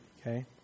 Okay